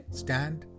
stand